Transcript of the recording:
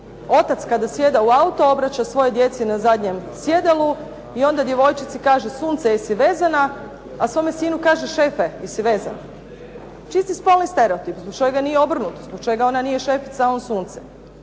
otac kada sjeda u auto obraća svojoj djeci na zadnjem sjedalu i onda djevojčici sunce jesi vezana, a svome sinu kaže šefe jesi vezan. Čisti spolni stereotip, u slučaju da nije obrnuto, u slučaju da ona nije šefica a on sunce.